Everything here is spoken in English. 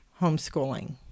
homeschooling